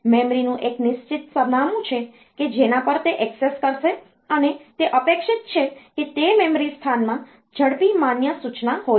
મેમરીનું એક નિશ્ચિત સરનામું છે કે જેના પર તે ઍક્સેસ કરશે અને તે અપેક્ષિત છે કે તે મેમરી સ્થાનમાં ઝડપી માન્ય સૂચના હોય છે